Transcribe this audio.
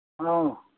ꯑꯧ